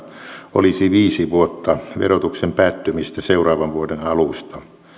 olisi viisi vuotta verotuksen päättymistä seuraavan vuoden alusta